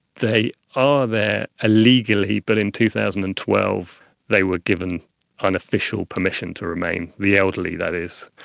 they are there illegally, but in two thousand and twelve they were given unofficial permission to remain, the elderly that is,